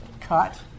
cut